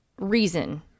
reason